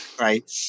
right